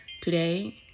Today